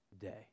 day